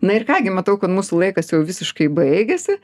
na ir ką gi matau kad mūsų laikas jau visiškai baigėsi